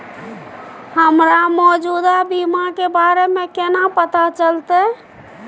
हमरा मौजूदा बीमा के बारे में केना पता चलते?